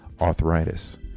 arthritis